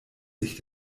sich